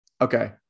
Okay